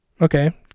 Okay